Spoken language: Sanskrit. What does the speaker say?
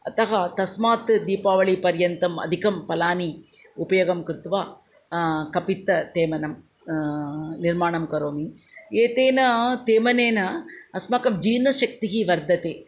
अतः तस्मात् दीपावलिपर्यन्तम् अधिकं फलानि उपयोगं कृत्वा कपित्थतेमनं निर्माणं करोमि एतेन तेमनेन अस्माकं जीर्णशक्तिः वर्धते